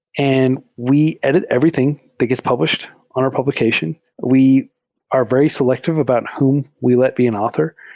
and we edit everything that gets published on our publication. we are very selective about whom we let be an author.